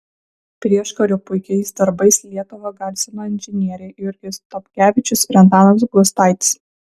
prieškariu puikiais darbais lietuvą garsino inžinieriai jurgis dobkevičius ir antanas gustaitis